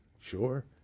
sure